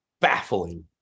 baffling